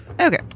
Okay